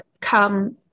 come